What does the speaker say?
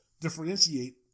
differentiate